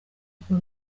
urwo